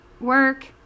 work